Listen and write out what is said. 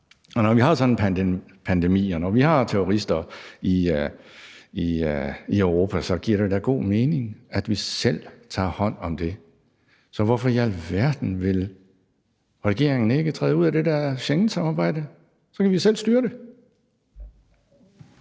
Og når vi har en pandemi, og når vi har terrorister i Europa, giver det da god mening, at vi selv tager hånd om det. Så hvorfor i alverden vil regeringen ikke træde ud af det der Schengensamarbejde, for så kan vi selv styre det?